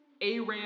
Aram